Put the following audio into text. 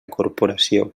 corporació